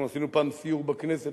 אנחנו עשינו פעם סיור מהכנסת,